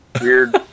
weird